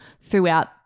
throughout